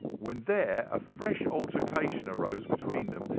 when there, a fresh altercation arose between them,